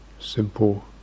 simple